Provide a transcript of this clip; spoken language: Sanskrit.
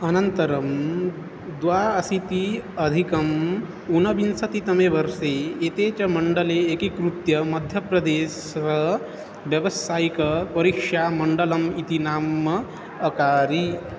अनन्तरं द्व्यशीत्यधिक ऊनविंशतितमे वर्षे एते च मण्डले एकीकृत्य मध्यप्रदेशः व्यवसायिकपरीक्षामण्डलम् इति नाम अकारी